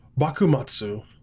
Bakumatsu